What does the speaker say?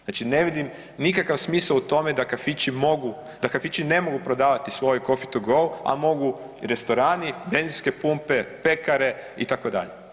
Znači ne vidim nikakav smisao u tome da kafići mogu, da kafići ne mogu prodavati svoj coffee to go, a mogu restorani, benzinske pumpe, pekare itd.